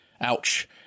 Ouch